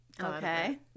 okay